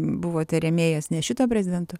buvote rėmėjas ne šito prezidento